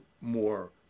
more